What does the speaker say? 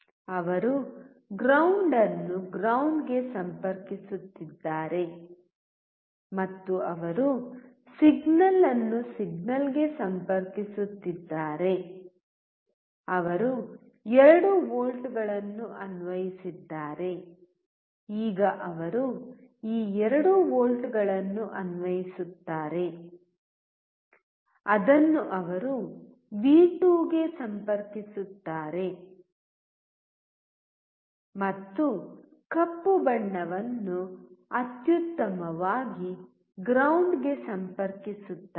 ಅವರು ಗ್ರೌಂಡ್ ಅನ್ನು ಗ್ರೌಂಡ್ ಗೆ ಸಂಪರ್ಕಿಸುತ್ತಿದ್ದಾರೆ ಮತ್ತು ಅವರು ಸಿಗ್ನಲ್ ಅನ್ನು ಸಿಗ್ನಲ್ಗೆ ಸಂಪರ್ಕಿಸುತ್ತಿದ್ದಾರೆ ಅವರು 2 ವೋಲ್ಟ್ಗಳನ್ನು ಅನ್ವಯಿಸಿದ್ದಾರೆ ಈಗ ಅವರು ಈ 2 ವೋಲ್ಟ್ಗಳನ್ನು ಅನ್ವಯಿಸುತ್ತಾರೆ ಅದನ್ನು ಅವರು ವಿ2 ಗೆ ಸಂಪರ್ಕಿಸುತ್ತಾರೆ ಮತ್ತು ಕಪ್ಪು ಬಣ್ಣವನ್ನು ಅತ್ಯುತ್ತಮವಾಗಿ ಗ್ರೌಂಡ್ ಗೆ ಸಂಪರ್ಕಿಸುತ್ತಾರೆ